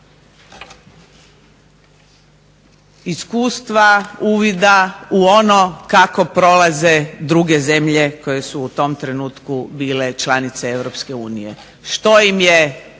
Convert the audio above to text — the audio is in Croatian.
iskustva uvida u ono kako prolaze druge zemlje koje su u tom trenutku bile članice EU. Što im je